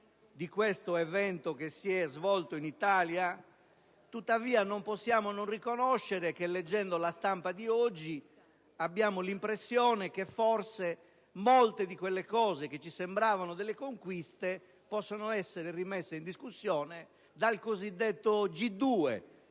di questo evento che si è svolto in Italia, non possiamo non riconoscere che, leggendo la stampa di oggi, abbiamo l'impressione che forse molte di quelle cose che ci sembravano delle conquiste possono essere rimesse in discussione dal cosiddetto G2,